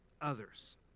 others